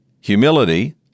Humility